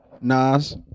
Nas